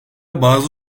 bazı